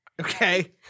Okay